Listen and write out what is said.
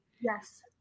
Yes